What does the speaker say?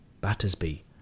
Battersby